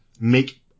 make